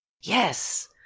Yes